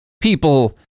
people